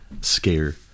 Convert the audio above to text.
scare